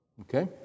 Okay